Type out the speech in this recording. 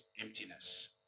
emptiness